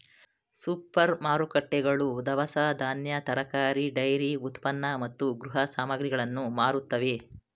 super ಮಾರುಕಟ್ಟೆಗಳು ದವಸ ಧಾನ್ಯ, ತರಕಾರಿ, ಡೈರಿ ಉತ್ಪನ್ನ ಮತ್ತು ಗೃಹ ಸಾಮಗ್ರಿಗಳನ್ನು ಮಾರುತ್ತವೆ